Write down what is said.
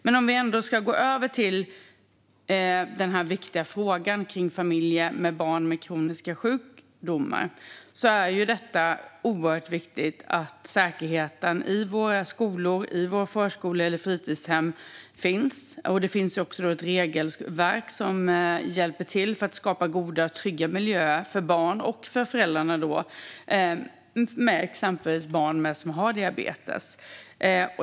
För att gå över till den viktiga frågan om familjer med barn som har kroniska sjukdomar är säkerheten i våra skolor, förskolor och fritidshem oerhört viktig. Det finns också ett regelverk som hjälper till att skapa goda och trygga miljöer för barn och för föräldrar till barn som exempelvis har diabetes.